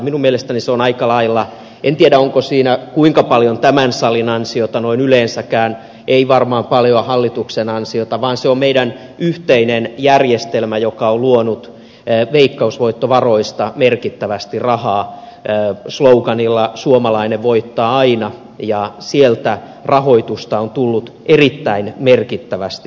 minun mielestäni se on aika lailla en tiedä onko siinä kuinka paljon tämän salin ansiota noin yleensäkään ei varmaan paljon hallituksen ansiota vaan se on meidän yhteinen järjestelmä joka on luonut veikkausvoittovaroista merkittävästi rahaa slogaanilla suomalainen voittaa aina ja sieltä rahoitusta on tullut erittäin merkittävästi